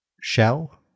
shell